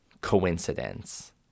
coincidence